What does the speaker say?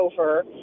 over